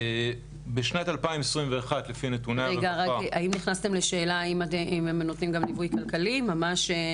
האם נכנסתם לשאלה האם הם נותנים גם ליווי כלכלי ממש?